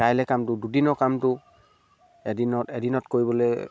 কাইলে কামটো দুদিনৰ কামটো এদিনত এদিনত কৰিবলৈ